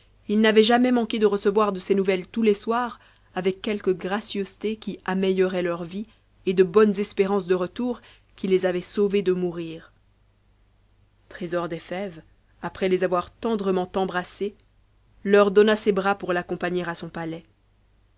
ils n'avaient jamais manqué de recevoir de ses nouvelles tous les soirs avec quelques gracieusetés qui ameilleuraient leur vie et de bonnes espérances de retour qui les avaient sauvés de mourir trésor des fèves après les avoir tendrement embrassés leur donna ses bras pour l'accompagner à son palais